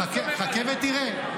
חכה ותראה.